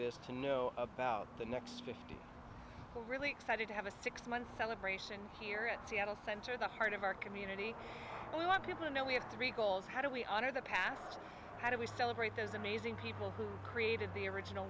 this to know about the next fifty we're really excited to have a six month celebration here at seattle center the heart of our community we want people to know we have three goals how do we honor the past how do we celebrate those amazing people who created the original